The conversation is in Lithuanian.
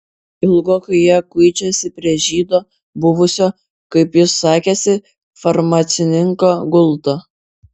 ilgokai jie kuičiasi prie žydo buvusio kaip jis sakėsi farmacininko gulto